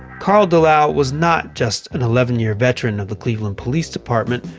carl delau was not just an eleven year veteran of the cleveland police department,